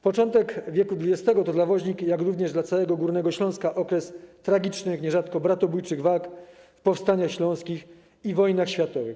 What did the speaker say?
Początek wieku XX to dla Woźnik, jak również dla całego Górnego Śląska okres tragicznych, nierzadko bratobójczych walk w powstaniach śląskich i wojnach światowych.